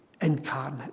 Incarnate